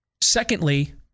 Secondly